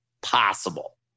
possible